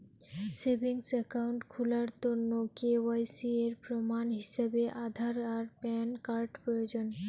savings account খুলার তন্ন KYC এর প্রমাণ হিছাবে আধার আর প্যান কার্ড প্রয়োজন